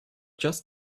just